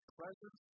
presence